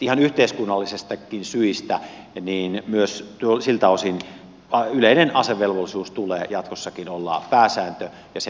ihan yhteiskunnallisistakin syistä myös siltä osin yleisen asevelvollisuuden tulee jatkossakin olla pääsääntö ja se pitää säilyttää